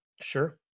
Sure